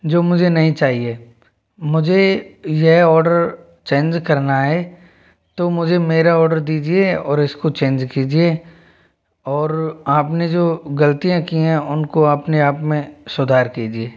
जो मुझे नहीं चाहिए मुझे यह ऑर्डर चेंज करना है तो मुझे मेरा ऑर्डर दीजिए और इसको चेंज कीजिए और आप ने जो ग़लतियाँ की हैं उनको अपने आप में सुधार कीजिए